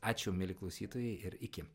ačiū mieli klausytojai ir iki